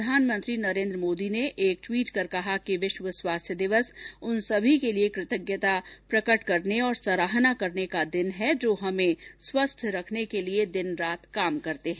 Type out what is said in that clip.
प्रधानमंत्री नरेन्द्र मोदी ने कहा है कि विश्व स्वास्थ्य दिवस उन सभी के लिए कृतज्ञता प्रकट करने और सराहना करने का दिन है जो हमे स्वस्थ रखने के लिए दिन रात काम करते हैं